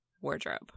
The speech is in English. wardrobe